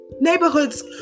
Neighborhoods